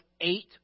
eight